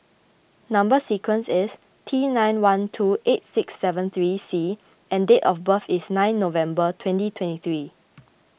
Number Sequence is T nine one two eight six seven three C and date of birth is nine November twenty twenty three